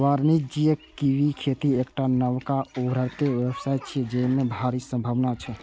वाणिज्यिक कीवीक खेती एकटा नबका उभरैत व्यवसाय छियै, जेमे भारी संभावना छै